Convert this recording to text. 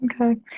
Okay